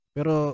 Pero